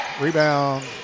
Rebound